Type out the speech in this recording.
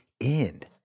end